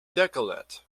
decollete